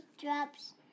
drops